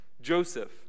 Joseph